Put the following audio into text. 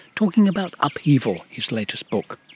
talking about upheaval, his latest book.